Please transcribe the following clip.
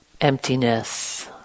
emptiness